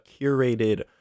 curated